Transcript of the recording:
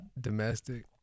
domestic